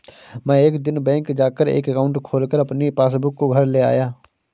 मै एक दिन बैंक जा कर एक एकाउंट खोलकर अपनी पासबुक को घर ले आया